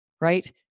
right